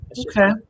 Okay